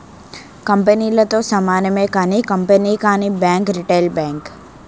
కంపెనీలతో సమానమే కానీ కంపెనీ కానీ బ్యాంక్ రిటైల్ బ్యాంక్